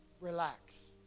relax